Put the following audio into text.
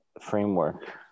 framework